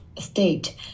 state